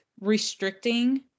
restricting